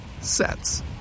sets